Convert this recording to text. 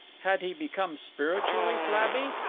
had he become spiritually flabby?